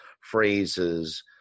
phrases